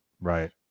Right